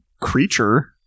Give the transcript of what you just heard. creature